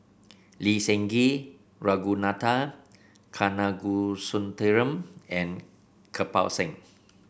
Lee Seng Gee Ragunathar Kanagasuntheram and Kirpal Singh